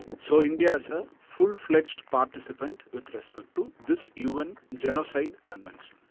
so, india as a full-fledged participant with respect to this un genocide convention.